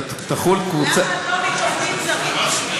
למה לא, זרים?